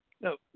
No